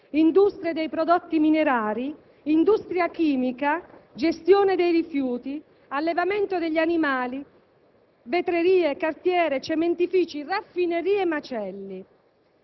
industria dei prodotti minerari, industria chimica, gestione dei rifiuti, allevamento degli animali, vetrerie, cartiere, cementifici, raffinerie e macelli.